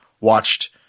watched